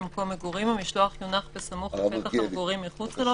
בעל המקום המעסיק אלא גם על העובדים ומקבלי השירותים ממנו,